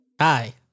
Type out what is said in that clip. Hi